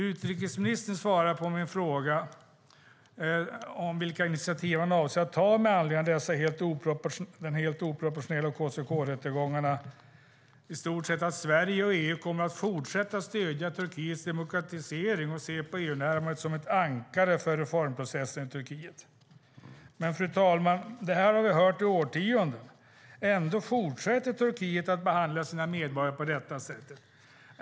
Utrikesministern svarar på min fråga om vilka initiativ han avser att ta med anledning av dessa helt oproportionerliga KCK-rättegångar i stort sett att Sverige och EU kommer att fortsätta stödja Turkiets demokratisering och att man ser på EU-närmandet som ett ankare för reformprocessen i Turkiet. Fru talman! Detta har vi hört i årtionden. Ändå fortsätter Turkiet att behandla sina medborgare på detta sätt.